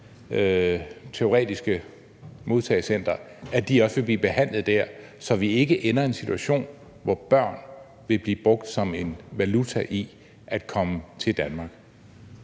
teoretiske modtagecenter, også vil blive behandlet der, så vi ikke ender i en situation, hvor børn vil blive brugt som en valuta i forbindelse med at komme til Danmark?